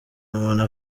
umuntu